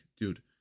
dude